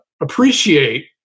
appreciate